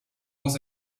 was